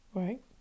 right